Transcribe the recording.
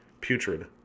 Putrid